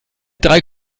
drei